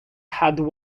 had